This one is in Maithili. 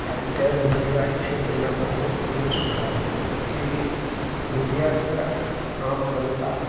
आइकाल्हि मीडियाके क्षेत्रमे बहुत नीक सुधार भेलै चुकि मीडिया सऽ आम जनता